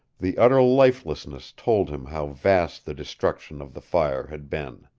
the utter lifelessness told him how vast the destruction of the fire had been.